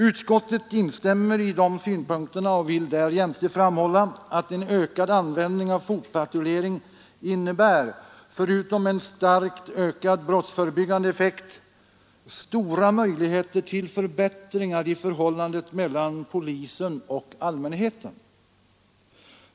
Utskottet instämmer i de synpunkterna och vill därjämte framhålla att en ökad användning av fotpatrullering ger, förutom en starkt brottsförebyggande effekt, stora möjligheter till förbättringar i förhållandet mellan polisen och allmänheten.